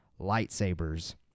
lightsabers